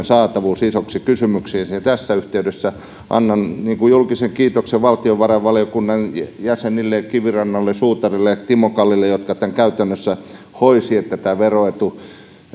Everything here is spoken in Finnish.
saatavuus isoksi kysymykseksi tässä yhteydessä annan julkisen kiitoksen valtiovarainvaliokunnan jäsenille kivirannalle suutarille ja timo kallille jotka tämän käytännössä hoitivat että tämä veroetu